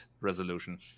resolution